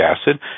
acid